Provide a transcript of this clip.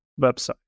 website